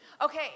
Okay